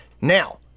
Now